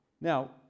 Now